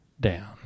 down